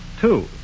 Two